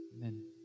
Amen